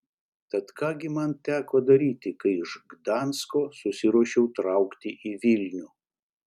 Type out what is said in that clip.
tad ką gi man teko daryti kai iš gdansko susiruošiau traukti į vilnių